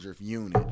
unit